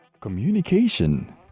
Communication